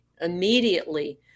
immediately